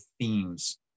themes